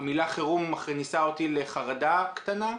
המילה "חירום" מכניסה אותי לחרדה גדולה,